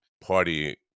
party